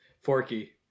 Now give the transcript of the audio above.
forky